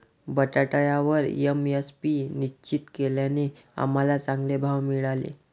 बटाट्यावर एम.एस.पी निश्चित केल्याने आम्हाला चांगले भाव मिळाले